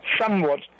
somewhat